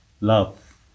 love